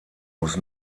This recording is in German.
muss